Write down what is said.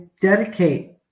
dedicate